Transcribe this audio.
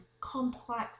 complex